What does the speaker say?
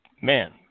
man